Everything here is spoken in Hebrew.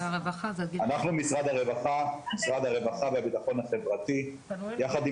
אנחנו משרד הרווחה והביטחון החברתי יחד עם